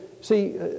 see